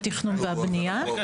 וגם משרד המשפטים --- לאיזה גיל?